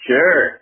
Sure